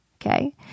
okay